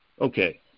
Okay